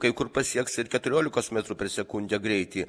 kai kur pasieks ir keturiolikos metrų per sekundę greitį